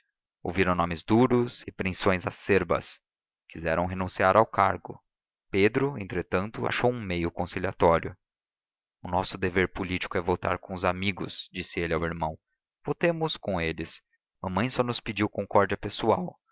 ouviram nomes duros repreensões acerbas quiseram renunciar ao cargo pedro entretanto achou um meio conciliatório o nosso dever político é votar com os amigos disse ele ao irmão votemos com eles mamãe só nos pediu concórdia pessoal